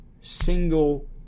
single